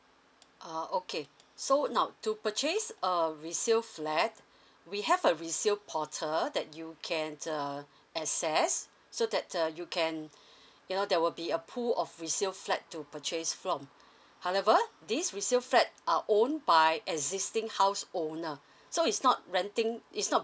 ah okay so now to purchase a resale flat we have a resale portal that you can err access so that uh you can you know there will be a pool of resale flat to purchase from however this resale flat are owned by existing house owner so it's not renting it's not